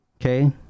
Okay